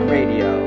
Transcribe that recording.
Radio